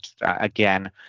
again